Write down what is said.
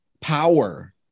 power